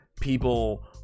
people